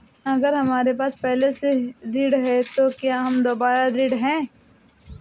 अगर हमारे पास पहले से ऋण है तो क्या हम दोबारा ऋण हैं?